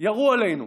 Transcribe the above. ירו עלינו.